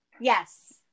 Yes